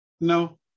No